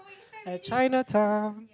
at Chinatown